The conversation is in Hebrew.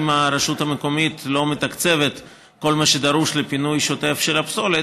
אם הרשות המקומית לא מתקצבת את כל מה שדרוש לפינוי שוטף של הפסולת,